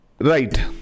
Right